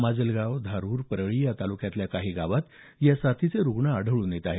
माजलगाव धारूर परळी या तालुक्यातल्या काही गावात या साथीचे रूग्ण सध्या आढळून येत आहेत